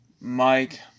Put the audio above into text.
Mike